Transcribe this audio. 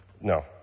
no